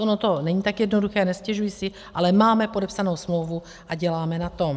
Ono to není tak jednoduché, nestěžuji si, ale máme podepsanou smlouvu a děláme na tom.